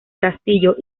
castillo